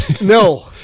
No